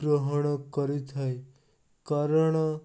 ଗ୍ରହଣ କରିଥାଏ କାରଣ